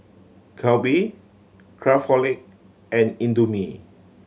Calbee Craftholic and Indomie